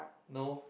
no